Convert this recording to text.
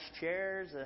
chairs